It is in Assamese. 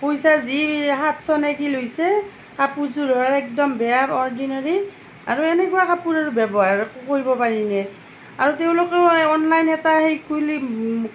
পইচা যি সাতশ নে কি লৈছে কাপোৰযোৰ হ'ল একদম বেয়া অৰ্ডিনেৰী আৰু এনেকুৱা কাপোৰ আৰু ব্য়ৱহাৰো কৰিব পাৰিনে আৰু তেওঁলোকেও অনলাইন এটা হেৰি খুলি